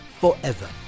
forever